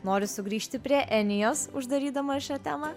noriu sugrįžti prie enijos uždarydama šią temą